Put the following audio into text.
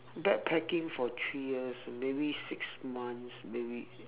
backpacking for three years maybe six months maybe